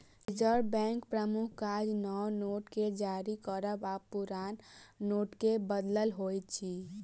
reserve बैंकक प्रमुख काज नव नोट के जारी करब आ पुरान नोटके बदलब होइत अछि